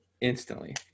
instantly